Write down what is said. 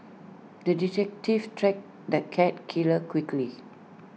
the detective tracked the cat killer quickly